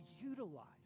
utilize